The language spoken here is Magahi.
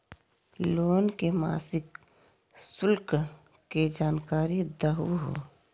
लोन के मासिक शुल्क के जानकारी दहु हो?